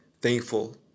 thankful